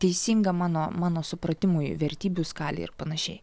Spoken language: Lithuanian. teisinga mano mano supratimui vertybių skalei ir panašiai